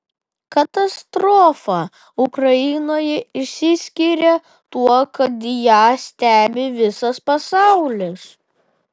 katastrofa ukrainoje išsiskiria tuo kad ją stebi visas pasaulis